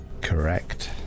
correct